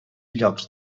llocs